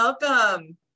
Welcome